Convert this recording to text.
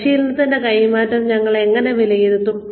പരിശീലനത്തിന്റെ കൈമാറ്റം ഞങ്ങൾ എങ്ങനെ വിലയിരുത്തും